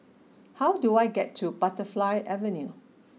how do I get to Butterfly Avenue